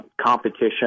competition